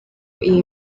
iyi